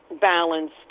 balanced